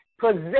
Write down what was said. possess